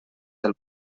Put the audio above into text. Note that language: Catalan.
del